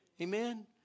Amen